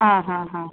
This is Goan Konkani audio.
आं हां हां